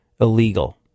Illegal